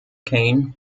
cane